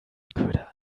köder